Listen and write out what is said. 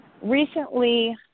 recently